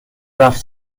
رفت